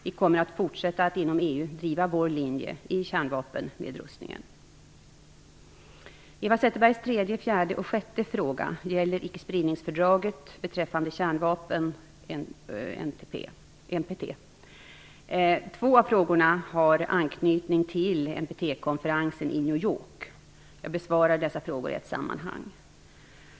Vi kommer att fortsätta att inom EU driva vår linje i kärnvapennedrustningen. Eva Zetterbergs tredje, fjärde och sjätte fråga gäller icke-spridningsfördraget beträffande kärnvapen, NPT. Två av frågorna har anknytning till NPT konferensen i New York. Jag besvarar dessa frågor i ett sammanhang.